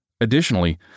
Additionally